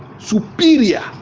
Superior